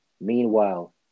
meanwhile